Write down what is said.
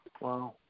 Wow